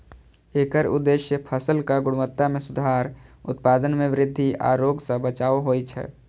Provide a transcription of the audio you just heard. एकर उद्देश्य फसलक गुणवत्ता मे सुधार, उत्पादन मे वृद्धि आ रोग सं बचाव होइ छै